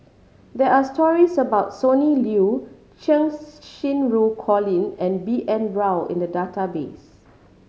there are stories about Sonny Liew Cheng Xinru Colin and B N Rao in the database